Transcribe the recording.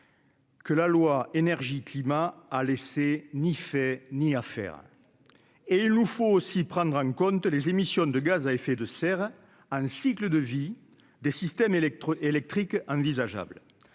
Que la loi énergie-climat a laissé ni fait ni à faire et il nous faut aussi prendre en compte les émissions de gaz à effet de serre, un cycle de vie des systèmes électro-électrique envisageable